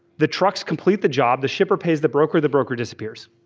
the trucks complete the job, the shipper pays the broker, the broker disappears,